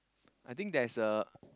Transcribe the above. I think there's a